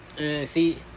See